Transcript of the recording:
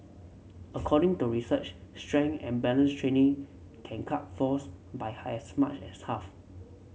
according to research strength and balance training can cut falls by hires much as half